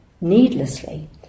needlessly